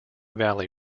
valley